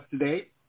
today